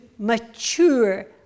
mature